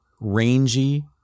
rangy